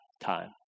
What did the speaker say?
time